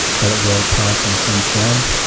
that it will pass in some form.